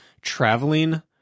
traveling